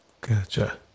Gotcha